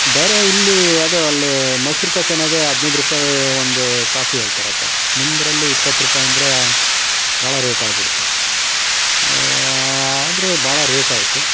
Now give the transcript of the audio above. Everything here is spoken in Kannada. ಬೇರೆ ಇಲ್ಲಿ ಅದು ಅಲ್ಲಿ ಮೈಸೂರು ಕೆಫೆನಾಗೆ ಹದಿನೈದು ರೂಪಾಯಿ ಒಂದು ಕಾಫಿ ಹೇಳ್ತಾರಪ್ಪಾ ನಿಮ್ಮದ್ರಲ್ಲಿ ಇಪ್ಪತ್ತು ರೂಪಾಯಿ ಅಂದರೆ ಭಾಳ ರೇಟಾಗಿಬಿಡ್ತು ಆದರು ಭಾಳ ರೇಟಾಯಿತು